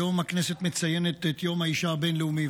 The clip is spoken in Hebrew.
היום הכנסת מציינת את יום האישה הבין-לאומי,